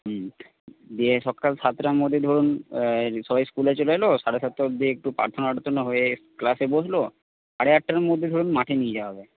দিয়ে সকাল সাতটার মধ্যে ধরুন সবাই স্কুলে চলে এল সাড়ে সাতটা অবধি একটু প্রার্থনা টার্থনা হয়ে ক্লাসে বসলো সাড়ে আটটার মধ্যে ধরুন মাঠে নিয়ে যাওয়া হবে